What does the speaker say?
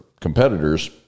competitors –